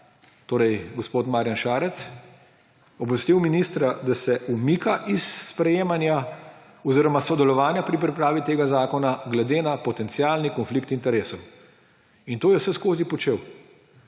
vlada gospoda Marjana Šarca, obvestil je ministra, da se umika iz sprejemanja oziroma sodelovanja pri pripravi tega zakona glede na potencialni konflikt interesov. In to je vseskozi počel.